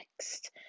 next